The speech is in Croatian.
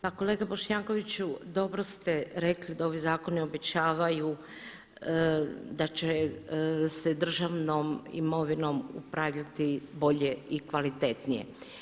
Pa kolega Bošnjakoviću dobro ste rekli da ovi zakoni obećavaju da će se državnom imovinom upravljati bolje i kvalitetnije.